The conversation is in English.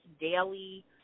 daily